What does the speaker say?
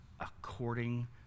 according